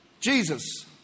Jesus